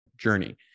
journey